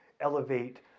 elevate